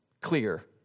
clear